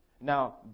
Now